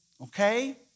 Okay